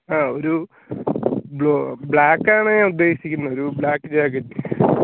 ആ ഒരു ബ്ലാക്കാണ് ഞാൻ ഉദേശിക്കുന്നത് ഒരു ബ്ലാക്ക് ജാക്കറ്റ്